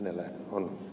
tämähän on